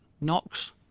knocks